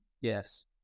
Yes